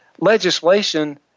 legislation